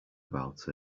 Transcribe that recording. about